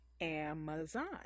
Amazon